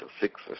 six